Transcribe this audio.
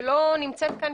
שלא נמצאת כאן,